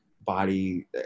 body